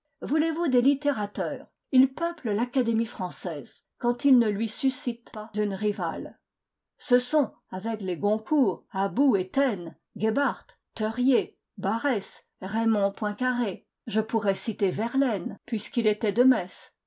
voulez-vous des littérateurs ils peuplent l'académie française quand ils ne lui suscitent pas une rivale ce sont avec les goncourt about et taine gebhardt theuriet barrés raymond poincaré je pourrais citer verlaine puisqu'il était de metz